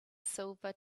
silver